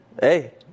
Hey